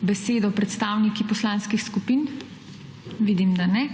besedo predstavniki poslanskih skupin? Vidim, da ne.